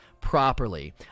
properly